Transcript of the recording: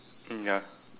mm ya